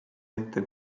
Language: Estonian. ette